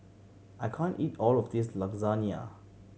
I can't eat all of this Lasagna